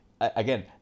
again